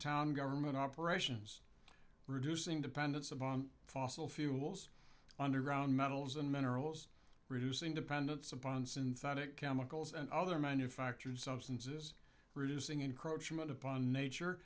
town government operations reducing dependence upon fossil fuels underground metals and minerals reducing dependence upon synthetic chemicals and other manufactured substances reducing encroachment upon nature